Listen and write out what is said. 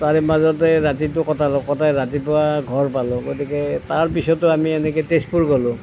তাৰে মাজতে ৰাতিটো কটালোঁ কটাই ৰাতিপুৱা ঘৰ পালোঁ গতিকে তাৰ পিছতো আমি এনেকৈ তেজপুৰ গ'লোঁ